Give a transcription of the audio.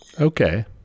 Okay